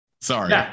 Sorry